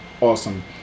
awesome